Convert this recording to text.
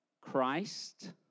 Christ